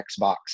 Xbox